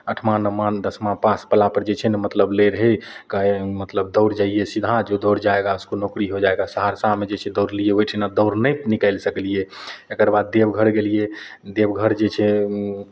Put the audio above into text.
अठमाँ नमाँ दसमाँ पास बला पर जे छै ने मतलब लै रहै कहै मतलब दौड़ जैयै सीधा जो दौड़ जाएगा उसको नौकरी हो जाएगा सहरसामे जे छै दौड़लियै ओहिठिना दौड़ नहि निकालि सकलियै तकरबाद देवघर गेलियै देवघर जे छै